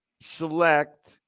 select